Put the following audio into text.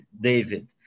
David